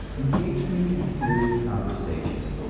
engaged me in serious conversation.